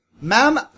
Ma'am